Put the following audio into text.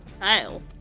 Kyle